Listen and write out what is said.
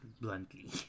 bluntly